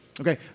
Okay